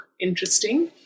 interesting